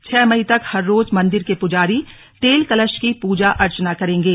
छह मई तक हर रोज मंदिर के पुजारी तेल कलश की प्रजा अर्चना करेंगे